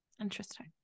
Interesting